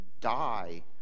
die